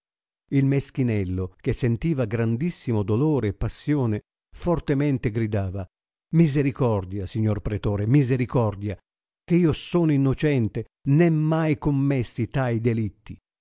il meschinello che sentiva grandissimo dolore e passione fortemente gridava misericordia signor pretore misericordia che io sono innocente né mai commessi tai delitti